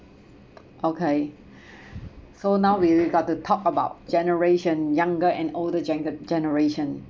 okay so now we gotta talk about generation younger and older gene~ generation